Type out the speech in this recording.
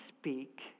speak